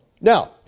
Now